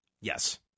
Yes